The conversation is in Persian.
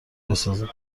بسازند